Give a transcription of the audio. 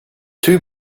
too